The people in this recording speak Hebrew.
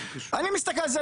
אני מסתכל על זה,